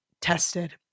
tested